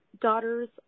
daughter's